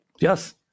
Yes